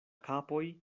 kapoj